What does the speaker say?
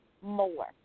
more